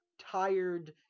tired